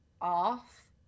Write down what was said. off